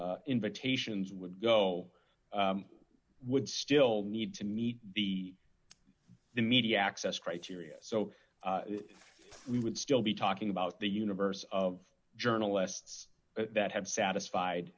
those invitations would go would still need to meet the immediate access criteria so we would still be talking about the universe of journalists that have satisfied